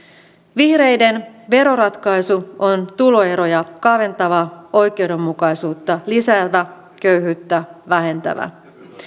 vihreiden veroratkaisu on tuloeroja kaventava oikeudenmukaisuutta lisäävä köyhyyttä vähentävä